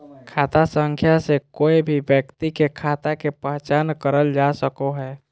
खाता संख्या से कोय भी व्यक्ति के खाता के पहचान करल जा सको हय